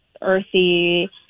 earthy